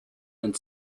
and